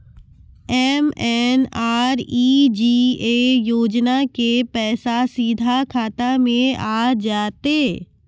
MNREGA योजना के पैसा सीधा खाता मे आ जाते?